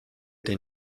den